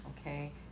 okay